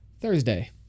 Thursday